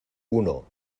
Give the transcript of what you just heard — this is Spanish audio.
uno